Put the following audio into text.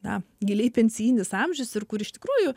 na giliai pensijinis amžius ir kur iš tikrųjų